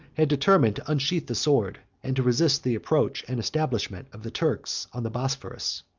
had determined to unsheathe the sword, and to resist the approach and establishment of the turks on the bosphorus.